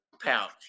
pouch